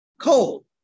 cold